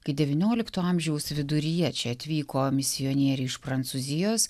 kai devyniolikto amžiaus viduryje čia atvyko misionieriai iš prancūzijos